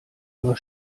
ihrer